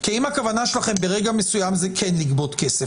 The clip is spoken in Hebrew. כי אם הכוונה שלכם ברגע מסוים כן לגבות כסף,